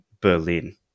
Berlin